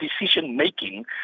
decision-making